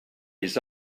his